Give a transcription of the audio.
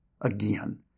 again